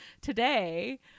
today